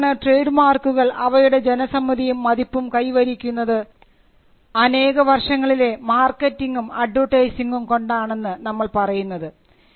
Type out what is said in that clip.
അതുകൊണ്ടാണ് ട്രേഡ് മാർക്കുകൾ അവയുടെ ജനസമ്മതിയും മതിപ്പും കൈവരിക്കുന്നത് അനേക വർഷങ്ങളിലെ മാർക്കറ്റിംഗും അഡ്വർടൈസിങും കൊണ്ടാണെന്ന് നമ്മൾ പറയുന്നത്